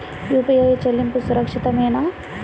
UPI చెల్లింపు సురక్షితమేనా?